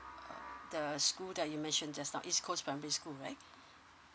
err the school that you mentioned just now east coast primary school right